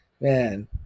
man